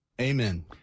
Amen